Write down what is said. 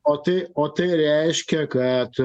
o tai o tai reiškia kad